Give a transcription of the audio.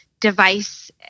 device